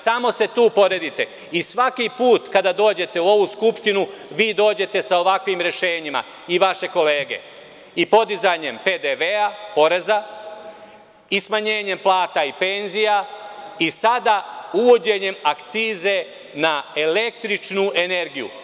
Samo se tu poredite i svaki put kada dođete u ovu Skupštinu vi dođete sa ovakvim rešenjima i vaše kolege i podizanjem PDV-a, poreza i smanjenjem plata i penzija i sada uvođenjem akcize na električnu energiju.